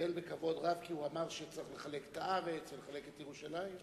התקבל בכבוד רב כי הוא אמר שצריך לחלק את הארץ ולחלק את ירושלים?